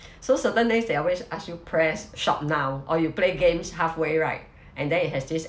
so certain days they always ask you press shop now or you play games halfway right and then it has this